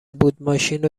بود، ماشینو